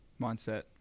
mindset